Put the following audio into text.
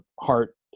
heart